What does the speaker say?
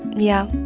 yeah